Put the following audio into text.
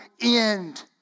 end